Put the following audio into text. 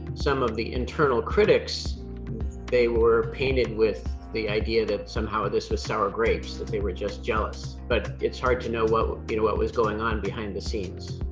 some of the internal critics they were painted with the idea that somehow this was sour grapes, that they were just jealous. but it's hard to know what what you know what was going on behind the scenes.